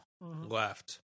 left